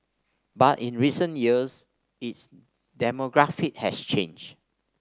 but in recent years its demographic has changed